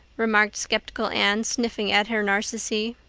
remarked skeptical anne, sniffing at her narcissi.